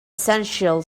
essential